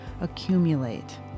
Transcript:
accumulate